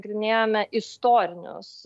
nagrinėjome istorinius